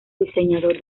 diseñador